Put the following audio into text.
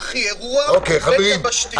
זה מגה סופר ארכי-אירוע בין יבשתי.